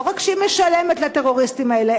לא רק שהיא משלמת לטרוריסטים האלה,